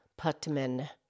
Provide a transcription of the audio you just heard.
Putman